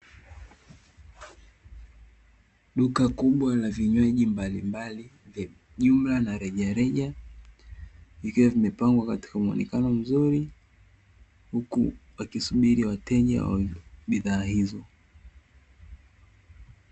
Duka kubwa la vinywaji mbalimbali, vya jumla na rejareja, vikiwa vimepangwa katika muonekano mzuri huku wakisubili wateja wa bidhaa hizo.